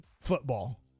football